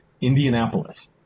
Indianapolis